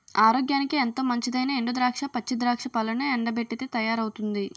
ఆరోగ్యానికి ఎంతో మంచిదైనా ఎండు ద్రాక్ష, పచ్చి ద్రాక్ష పళ్లను ఎండబెట్టితే తయారవుతుంది